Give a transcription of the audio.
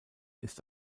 ist